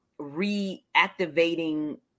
reactivating